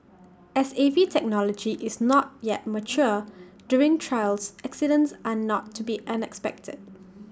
as A V technology is not yet mature during trials accidents are not to be unexpected